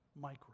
micro